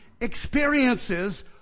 experiences